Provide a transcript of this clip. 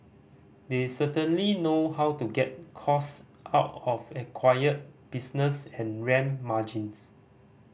they certainly know how to get costs out of acquired business and ramp margins